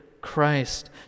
Christ